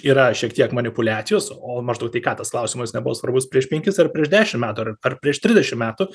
yra šiek tiek manipuliacijos o maždaug tai ką tas klausimas nebuvo svarbus prieš penkis ar prieš dešim metų ar prieš trisdešim metų